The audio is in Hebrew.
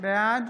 בעד